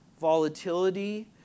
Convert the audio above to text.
volatility